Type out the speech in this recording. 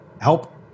help